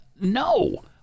No